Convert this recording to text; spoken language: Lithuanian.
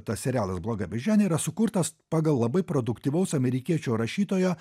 tas serialas bloga beždžionė yra sukurtas pagal labai produktyvaus amerikiečio rašytojo